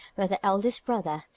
where their eldest brother,